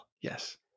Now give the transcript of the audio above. Yes